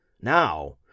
Now